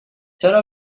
چرا